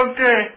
Okay